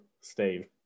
Steve